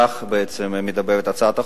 כך בעצם אומרת הצעת החוק.